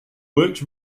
works